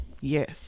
Yes